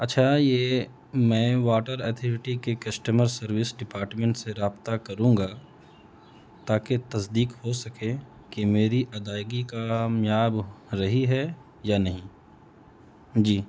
اچھا یہ میں واٹر ایتھورٹی کے کشٹمر سروس ڈپارٹمنٹ سے رابطہ کروں گا تاکہ تصدیق ہو سکے کہ میری ادائیگی کامیاب رہی ہے یا نہیں جی